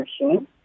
machine